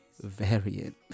variant